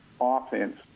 offense